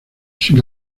sin